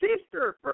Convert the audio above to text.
sister